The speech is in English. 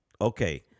Okay